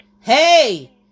hey